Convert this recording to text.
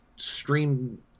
Stream